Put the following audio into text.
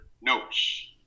notes